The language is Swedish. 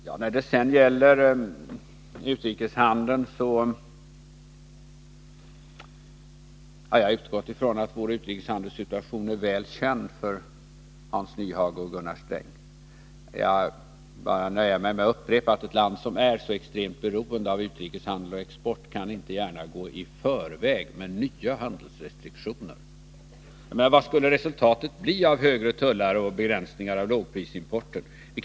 Jag har utgått ifrån att vår utrikeshandelssituation är väl känd för Hans Nyhage och Gunnar Sträng. Jag skall nöja mig med att upprepa att ett land som är så extremt beroende av utrikeshandel och export som Sverige inte gärna kan gå i spetsen med nya handelsrestriktioner. Vad skulle resultatet av högre tullar och begränsningar av lågprisimporten bli?